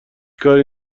کاری